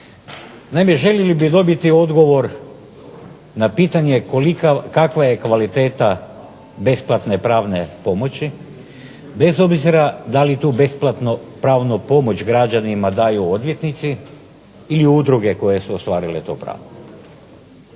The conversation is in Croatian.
Naime, željeli bi dobiti odgovor na pitanje kakva je kvaliteta besplatne pravne pomoći bez obzira da li tu besplatnu pravnu pomoć građanima daju odvjetnici ili udruge koje su ostvarile to pravo.